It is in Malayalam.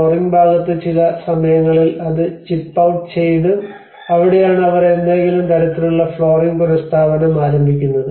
ഫ്ലോറിംഗ് ഭാഗത്ത് ചില സമയങ്ങളിൽ അത് ചിപ്പ് ഔട്ട് ചെയ്തു അവിടെയാണ് അവർ ഏതെങ്കിലും തരത്തിലുള്ള ഫ്ലോറിംഗ് പുനഃസ്ഥാപനം ആരംഭിക്കുന്നത്